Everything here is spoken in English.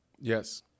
Yes